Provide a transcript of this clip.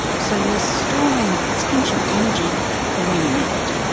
so you are storing potential energy for when you need it.